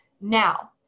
Now